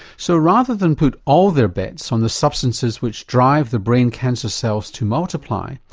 so rather than put all their bets on the substances which drive the brain cancer cells to multiply,